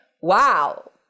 wow